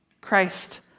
Christ